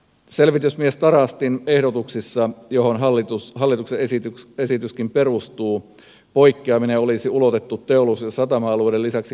selvitysmies tarastin ehdotuksessa johon hallituksen esityskin perustuu poikkeaminen olisi ulotettu teollisuus ja satama alueiden lisäksi kaivosalueille